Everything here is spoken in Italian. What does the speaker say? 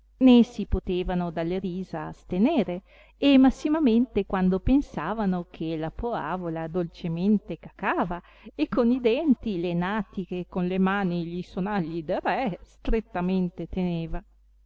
si potevano dalle risa astenere e massimamente quando pensavano che la poavola dolcemente cacava e con i denti le natiche e con le mani gli sonagli del re strettamente teneva